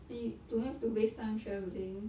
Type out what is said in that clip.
and you don't have to waste time travelling